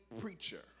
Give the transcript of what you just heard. preacher